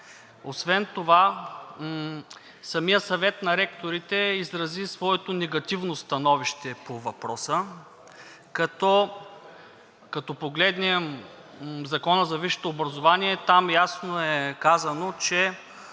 Освен това самият Съвет на ректорите изрази своето негативно становище по въпроса, като погледнем Закона за висшето образование, там ясно е казано, че